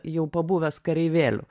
jau pabuvęs kareivėliu